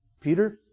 Peter